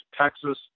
Texas